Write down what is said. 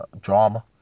drama